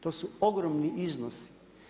To su ogromni iznosi.